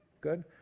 good